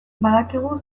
badakigu